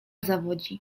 zawodzi